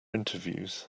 interviews